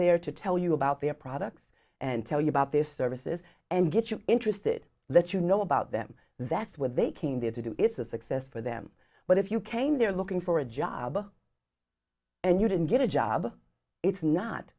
there to tell you about their products and tell you about this services and get you interested that you know about them that's where they came there to do is a success for them but if you came there looking for a job and you didn't get a job it's not